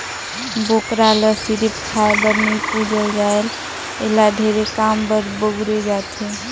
बोकरा ल सिरिफ खाए बर नइ पूजल जाए एला ढेरे काम बर बउरे जाथे